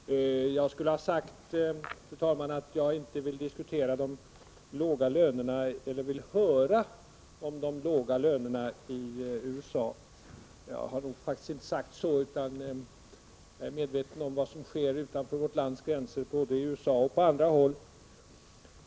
Fru talman! Jag skulle ha sagt att jag inte vill höra om de låga lönerna i USA. Så har jag faktiskt inte sagt. Jag är medveten om vad som sker utanför vårt lands gränser, både i USA och på andra håll.